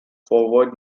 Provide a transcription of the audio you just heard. forward